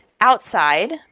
Outside